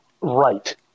right